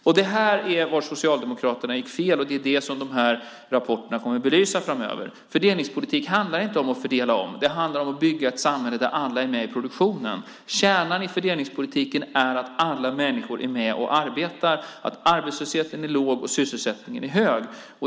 Det var i fråga om detta som Socialdemokraterna gick fel, och det är det som rapporterna kommer att belysa framöver. Fördelningspolitik handlar inte om att fördela om. Det handlar om att bygga ett samhälle där alla är med i produktionen. Kärnan i fördelningspolitiken är att alla människor är med och arbetar, att arbetslösheten är låg och sysselsättningen är hög.